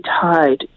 tied